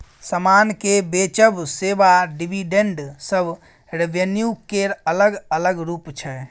समान केँ बेचब, सेबा, डिविडेंड सब रेवेन्यू केर अलग अलग रुप छै